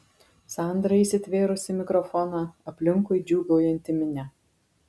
sandra įsitvėrusi mikrofoną aplinkui džiūgaujanti minia